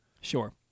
sure